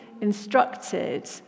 instructed